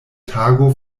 tago